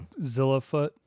Zillafoot